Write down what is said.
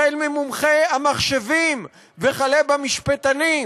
החל במומחי המחשבים וכלה במשפטנים,